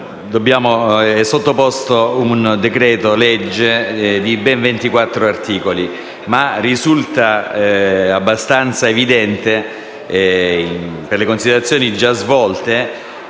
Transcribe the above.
è sottoposto un decreto-legge di ben 24 articoli, ma risulta abbastanza evidente, per le considerazioni già svolte,